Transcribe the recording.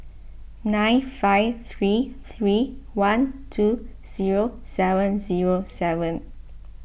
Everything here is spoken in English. nine five three three one two zero seven zero seven